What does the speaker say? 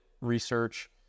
research